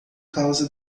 causa